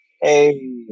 Hey